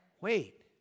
Wait